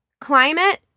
climate